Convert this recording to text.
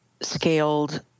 scaled